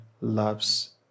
loves